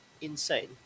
insane